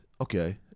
okay